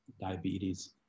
diabetes